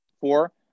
Four